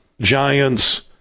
Giants